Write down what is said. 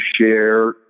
share